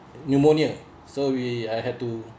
pneumonia so we I had to